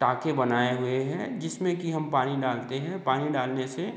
टांके बनाए हुए हैं जिसमें कि हम पानी डालते हैं पानी डालने से